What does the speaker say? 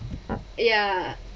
ya